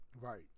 Right